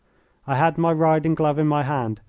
i had my riding glove in my hand,